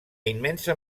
immensa